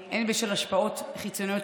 הן בשל השפעות חיצוניות,